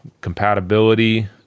compatibility